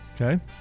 Okay